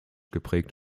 geprägt